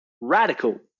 radical